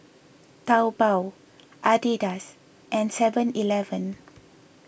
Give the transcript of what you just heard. Taobao Adidas and Seven Eleven